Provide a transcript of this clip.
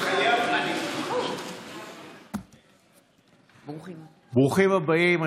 מתחייב אני ברוכים הבאים.